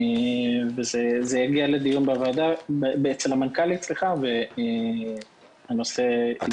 וזה יגיע לדיון אצל המנכ"לית והנושא --- אתה